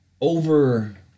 over